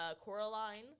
Coraline